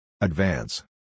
Advance